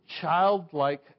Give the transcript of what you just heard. childlike